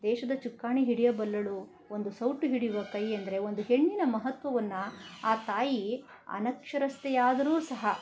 ದೇಶದ ಚುಕ್ಕಾಣಿ ಹಿಡಿಯಬಲ್ಲಳು ಒಂದು ಸೌಟು ಹಿಡಿಯುವ ಕೈ ಎಂದರೆ ಒಂದು ಹೆಣ್ಣಿನ ಮಹತ್ವವನ್ನು ಆ ತಾಯಿ ಅನಕ್ಷರಸ್ಥೆಯಾದರೂ ಸಹ